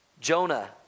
Jonah